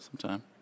sometime